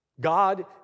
God